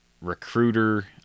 recruiter